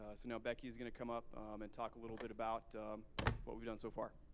ah so now, becky's going to come up and talk a little bit about what we've done so far.